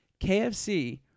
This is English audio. KFC